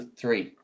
three